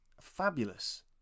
fabulous